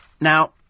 Now